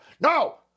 no